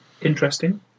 interesting